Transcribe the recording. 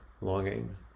longing